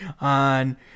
on